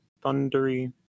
thundery